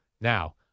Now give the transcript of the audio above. Now